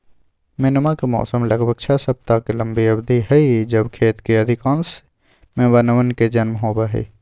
मेमना के मौसम लगभग छह सप्ताह के लंबी अवधि हई जब खेत के अधिकांश मेमनवन के जन्म होबा हई